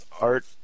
art